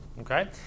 okay